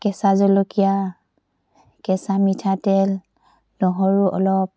কেঁচা জলকীয়া কেঁচা মিঠাতেল নহৰু অলপ